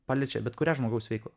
paliečia bet kurią žmogaus veiklą